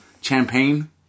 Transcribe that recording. Champagne